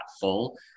full